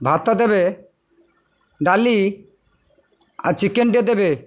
ଭାତ ଦେବେ ଡାଲି ଆଉ ଚିକେନ୍ଟେ ଦେବେ